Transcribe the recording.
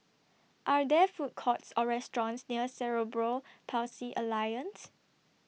Are There Food Courts Or restaurants near Cerebral Palsy Alliance